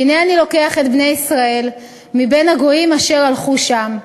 "הנה אני לקח את בני ישראל מבין הגוים אשר הלכו שם,